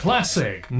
Classic